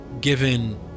given